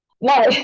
No